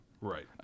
Right